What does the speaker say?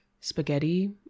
spaghetti